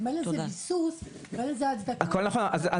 אם אין לזה ביסוס, אם אין לזה הצדקה.